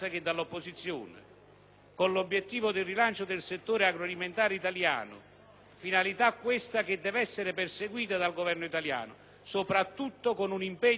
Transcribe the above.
con l'obiettivo del rilancio del settore agroalimentare italiano, finalità questa che deve essere perseguita dal Governo italiano, soprattutto con un impegno in sede comunitaria,